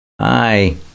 Hi